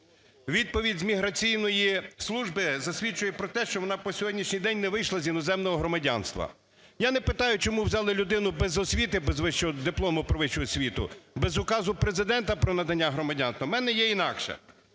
Відповідь з Міграційної служби засвідчує про те, що вона по сьогоднішній день не вийшла з іноземного громадянства. Я не питаю, чому взяли людину без освіти, без диплома про вищу освіти, без указу Президента про надання громадянства. У мене є інакше.